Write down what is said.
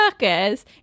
workers